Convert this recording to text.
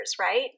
right